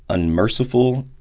unmerciful,